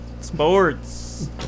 Sports